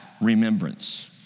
remembrance